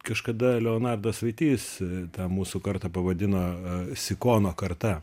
kažkada leonardas vytys tą mūsų kartą pavadino sikono karta